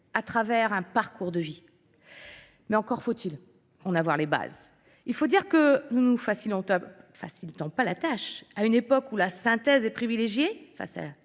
à travers un parcours de vie. Mais encore faut-il en avoir les bases. Il faut dire que nous ne facilitons pas la tâche. À une époque où la synthèse est privilégiée face à